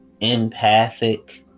empathic